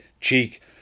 cheek